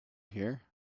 hear